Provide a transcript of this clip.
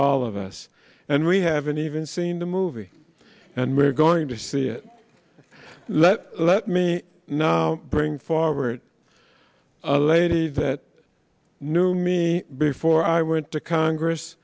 all of us and we haven't even seen the movie and we're going to see it let let me know bring forward a lady that knew me before i went to congress